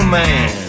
man